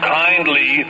kindly